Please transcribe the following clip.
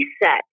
reset